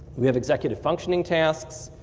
we have executive functioning tasks,